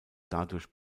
dadurch